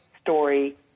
story